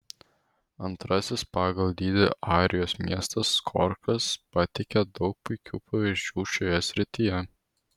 antrasis pagal dydį airijos miestas korkas pateikia daug puikių pavyzdžių šioje srityje